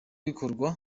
bikorwa